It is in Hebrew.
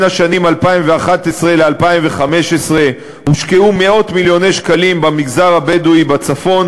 בשנים 2011 2015 הושקעו מאות מיליוני שקלים במגזר הבדואי בצפון,